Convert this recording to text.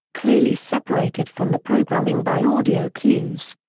clearly separated from the programming by audio cues.